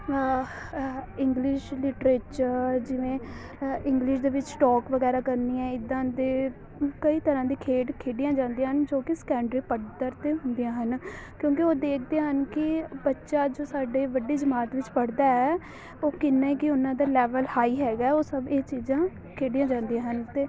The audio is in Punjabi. ਅਹਾ ਇੰਗਲਿਸ਼ ਲਿਟਰੇਚਰ ਜਿਵੇਂ ਅ ਇੰਗਲਿਸ਼ ਦੇ ਵਿੱਚ ਟੋਕ ਵਗੈਰਾ ਕਰਨੀ ਹੈ ਇੱਦਾਂ ਦੇ ਕਈ ਤਰ੍ਹਾਂ ਦੇ ਖੇਡ ਖੇਡੀਆਂ ਜਾਂਦੀਆਂ ਹਨ ਜੋ ਕਿ ਸੰਕੈਡਰੀ ਪੱਧਰ 'ਤੇ ਹੁੰਦੀਆਂ ਹਨ ਕਿਉਂਕਿ ਉਹ ਦੇਖਦੇ ਹਨ ਕਿ ਬੱਚਾ ਜੋ ਸਾਡੇ ਵੱਡੀ ਜਮਾਤ ਵਿੱਚ ਪੜ੍ਹਦਾ ਹੈ ਉਹ ਕਿੰਨੇ ਕੁ ਉਹਨਾਂ ਦਾ ਲੈਵਲ ਹਾਈ ਹੈਗਾ ਉਹ ਸਭ ਇਹ ਚੀਜ਼ਾਂ ਖੇਡੀਆਂ ਜਾਂਦੀਆਂ ਹਨ ਅਤੇ